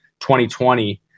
2020